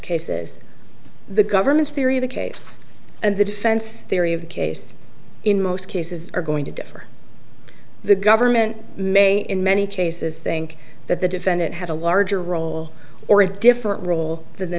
case is the government's theory of the case and the defense theory of the case in most cases are going to differ the government may in many cases think that the defendant had a larger role or a different role than the